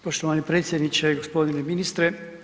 Poštovani predsjedniče, gospodine ministre.